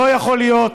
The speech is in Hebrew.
לא יכול להיות